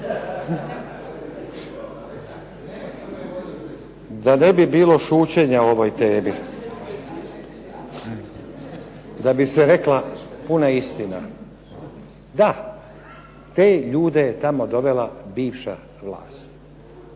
Da ne bi bilo šućenja o ovoj temi da bi se rekla puna istina, da te ljude tamo je dovela bivša vlast.